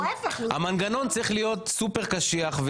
המנגנון צריך להיות סופר קשיח,